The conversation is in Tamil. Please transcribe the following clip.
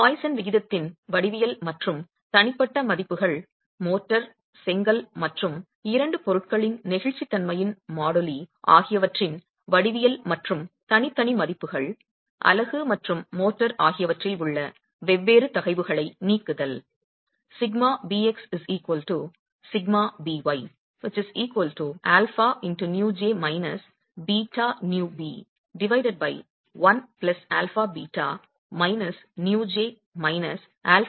பாய்சன் விகிதத்தின் வடிவியல் மற்றும் தனிப்பட்ட மதிப்புகள் மோர்டார் செங்கல் மற்றும் இரண்டு பொருட்களின் நெகிழ்ச்சித்தன்மையின் மாடுலி ஆகியவற்றின் வடிவியல் மற்றும் தனித்தனி மதிப்புகள் அலகு மற்றும் மோர்டார் ஆகியவற்றில் உள்ள வெவ்வேறு தகைவுகளை நீக்குதல்